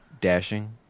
dashing